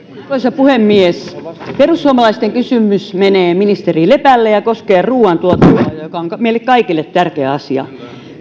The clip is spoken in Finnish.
arvoisa puhemies perussuomalaisten kysymys menee ministeri lepälle ja koskee ruuantuotantoa joka on meille kaikille tärkeä asia